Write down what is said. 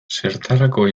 zertarako